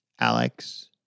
Alex